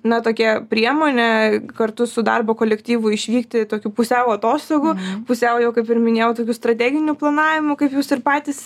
na tokia priemonė kartu su darbo kolektyvu išvykti tokių pusiau atostogų pusiau jau kaip ir minėjau tokių strateginių planavimų kaip jūs ir patys